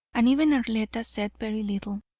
and even arletta said very little,